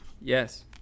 Yes